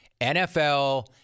NFL